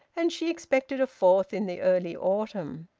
and she expected a fourth in the early autumn.